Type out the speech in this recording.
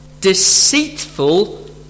deceitful